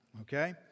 okay